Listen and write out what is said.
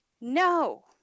No